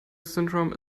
syndrome